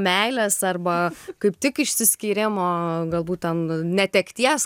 meilės arba kaip tik išsiskyrimo galbūt ten netekties